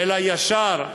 אלא ישר,